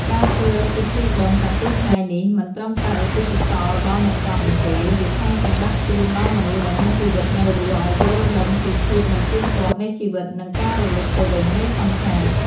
ការធ្វើពិធីបុណ្យប្រាំពីរថ្ងៃនេះ មិនត្រឹមតែឧទ្ទិសកុសលដល់អ្នកស្លាប់នោះទេ វាថែមទាំងដាស់តឿនដល់មនុស្សដែលមានជីវិតនៅរស់ឲ្យយល់ដឹងពីភាពមិនទៀងទាត់នៃជីវិត និង ការរលត់ទៅវិញនៃសង្ខារ។